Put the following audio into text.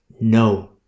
no